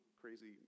crazy